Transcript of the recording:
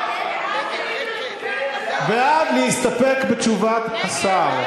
בעד, להסתפק בתשובת השר.